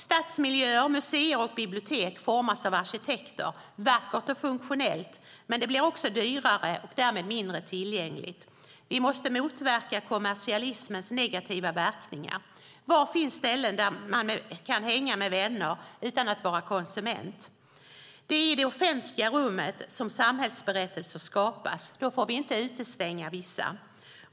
Stadsmiljöer, museer och bibliotek formas av arkitekter. Det blir vackert och funktionellt men också dyrare och därmed mindre tillgängligt. Vi måste motverka kommersialismens negativa verkningar. Var finns ställen där man kan hänga med vänner utan att vara konsument? Det är i det offentliga rummet som samhällsberättelser skapas. Då får vi inte utestänga vissa.